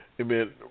Amen